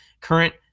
current